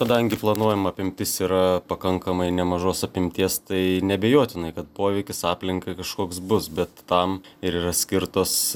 kadangi planuojama apimtis yra pakankamai nemažos apimties tai neabejotinai kad poveikis aplinkai kažkoks bus bet tam ir yra skirtos